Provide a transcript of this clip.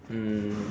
um